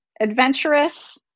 adventurous